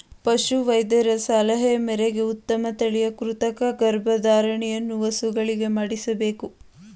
ಪಶು ವೈದ್ಯರ ಸಲಹೆ ಮೇರೆಗೆ ಉತ್ತಮ ತಳಿಯ ಕೃತಕ ಗರ್ಭಧಾರಣೆಯನ್ನು ಹಸುಗಳಿಗೆ ಮಾಡಿಸಬೇಕು